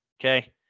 Okay